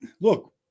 look